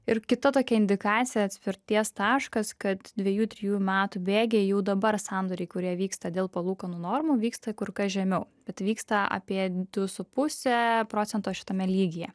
ir kita tokia indikacija atspirties taškas kad dvejų trejų metų bėgyje jau dabar sandoriai kurie vyksta dėl palūkanų normų vyksta kur kas žemiau bet vyksta apie du su puse procento šitame lygyje